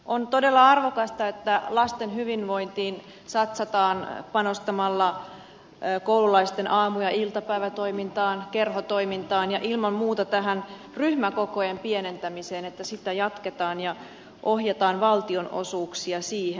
on todella arvokasta että lasten hyvinvointiin satsataan panostamalla koululaisten aamu ja iltapäivätoimintaan kerhotoimintaan ja ilman muuta tähän ryhmäkokojen pienentämiseen että sitä jatketaan ja ohjataan valtionosuuksia siihen